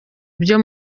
byo